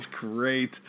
great